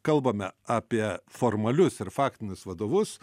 kalbame apie formalius ir faktinius vadovus